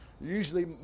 usually